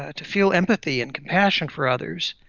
ah to feel empathy and compassion for others,